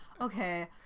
Okay